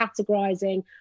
categorizing